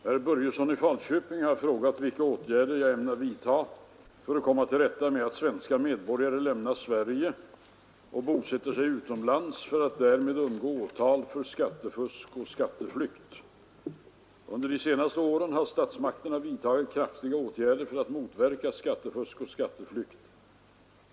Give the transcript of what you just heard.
Herr talman! Herr Börjesson i Falköping har frågat vilka åtgärder jag ämnar vidta för att komma till rätta med att svenska medborgare lämnar Sverige och bosätter sig utomlands för att därmed undgå åtal för skattefusk och skatteflykt. Under de senaste åren har statsmakterna vidtagit kraftiga åtgärder för att motverka skattefusk och skatteflykt.